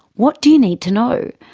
what do you need to know?